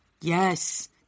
Yes